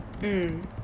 mm